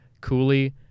Cooley